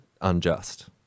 unjust